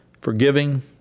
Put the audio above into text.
forgiving